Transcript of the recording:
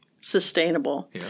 sustainable